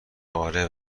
آره